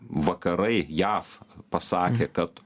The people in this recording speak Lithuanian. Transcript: vakarai jav pasakė kad